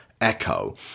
Echo